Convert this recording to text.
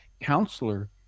counselor